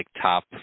top